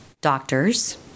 doctors